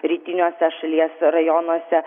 rytiniuose šalies rajonuose